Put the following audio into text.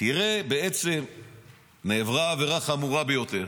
תראה שבעצם נעברה עבירה חמורה ביותר,